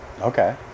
Okay